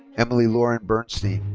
emily lauren bernstein.